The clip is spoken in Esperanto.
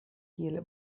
kiel